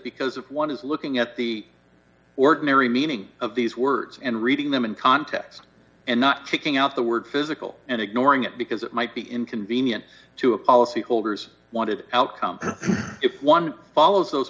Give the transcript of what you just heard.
because if one is looking at the ordinary meaning of these words and reading them in context and not taking out the word physical and ignoring it because it might be inconvenient to a policyholders one is outcome if one follows those